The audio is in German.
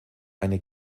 eine